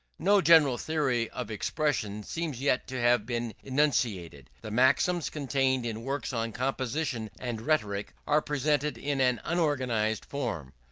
no general theory of expression seems yet to have been enunciated. the maxims contained in works on composition and rhetoric, are presented in an unorganized form.